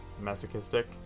masochistic